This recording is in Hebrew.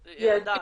לפני זה, הדר,